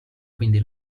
quindi